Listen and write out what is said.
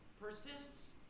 persists